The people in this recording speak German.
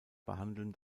behandeln